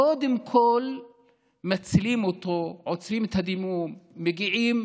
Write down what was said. קודם כול מצילים אותו, עוצרים את הדימום, מגיעים